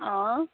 অঁ